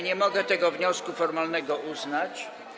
Nie mogę tego wniosku formalnego uznać.